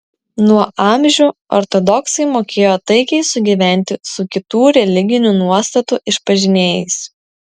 nuo amžių ortodoksai mokėjo taikiai sugyventi su kitų religinių nuostatų išpažinėjais